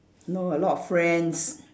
know a lot of friends